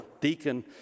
deacon